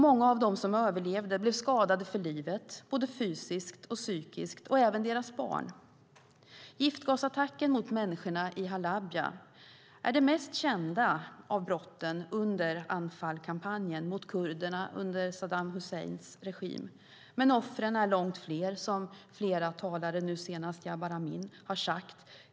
Många av dem som överlevde blev skadade för livet, både fysiskt och psykiskt, så även deras barn. Giftgasattacken mot människorna i Halabja är det mest kända av brotten under Anfalkampanjen mot kurderna under Saddam Husseins regim. Men offren är långt fler, som flera talare, senast Jabar Amin, har sagt.